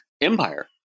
empire